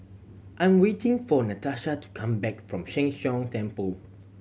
I'm waiting for Natasha to come back from Sheng Hong Temple